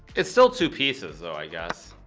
it's still two pieces though i guess